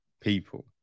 people